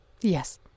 Yes